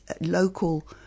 local